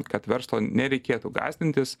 kad verslo nereikėtų gąsdintis